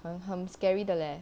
很很 scary the leh